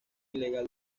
ilegal